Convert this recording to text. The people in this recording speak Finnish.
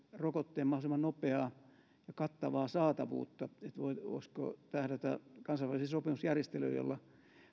rokotteen mahdollisimman nopeaa ja kattavaa saatavuutta tällaiseen pandemiatilanteeseen sitä voisiko tähdätä kansainvälisiin sopimusjärjestelyihin joilla